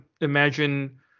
imagine